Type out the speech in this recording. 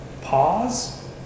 pause